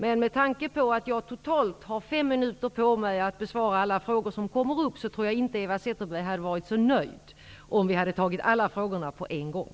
Med tanke på att jag i dag skulle haft totalt fem minuter på mig att besvara alla de frågor som kommit upp, tror jag att Eva Zetterberg inte hade blivit så nöjd om vi hade tagit alla frågorna på en gång.